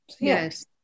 Yes